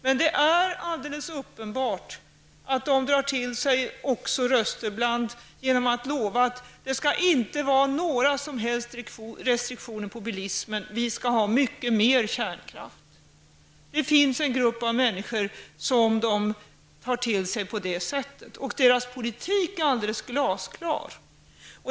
Men det är alldeles uppenbart att Ny demokrati drar till sig röster genom att lova att man inte skall ha några som helst restriktioner på bilismen, vi skall ha mycket mer av kärnkraft. Det finns en grupp människor som partiet drar till sig på detta vis. Partiets politik är alldeles glasklar.